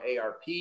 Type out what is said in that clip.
ARP